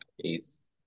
peace